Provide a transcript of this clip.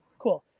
cool.